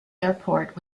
airport